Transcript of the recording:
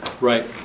Right